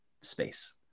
space